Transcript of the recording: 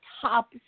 top